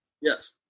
Yes